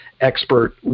expert